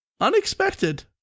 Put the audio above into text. unexpected